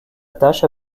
tâche